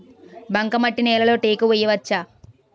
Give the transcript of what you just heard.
బంకమట్టి నేలలో టేకు వేయవచ్చా?